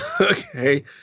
okay